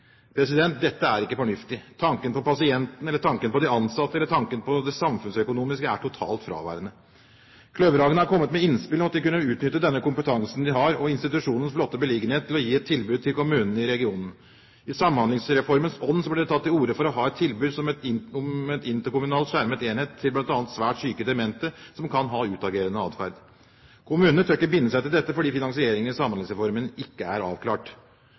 Dette er ikke fornuftig. Tanken på pasientene, tanken på de ansatte og tanken på det samfunnsøkonomiske er totalt fraværende. Kløverhagen har kommet med innspill om at de kunne utnytte den kompetansen de har, og institusjonens flotte beliggenhet, til å gi et tilbud til kommunene i regionen. I Samhandlingsreformens ånd ble det tatt til orde for å ha et tilbud om en interkommunal skjermet enhet til bl.a. svært syke demente, som kan ha en utagerende adferd. Kommunene tør ikke binde seg til dette, fordi finansieringen i Samhandlingsreformen ikke er avklart.